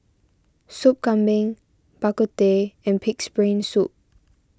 Sop Kambing Bak Kut Teh and Pig's Brain Soup